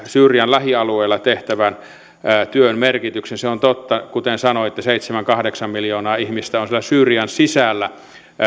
syyrian lähialueilla tehtävän työn merkityksen se on totta kuten sanoitte seitsemän viiva kahdeksan miljoonaa ihmistä on syyrian sisällä